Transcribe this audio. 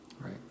right